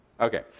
Okay